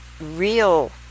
real